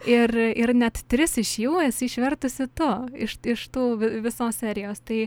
ir ir net tris iš jų esi išvertusi tu iš iš tų vi visos serijos tai